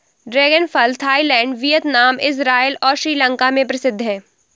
dragon फल Thailand, Vietnam, Israel और श्रीलंका में प्रसिद्ध है